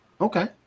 okay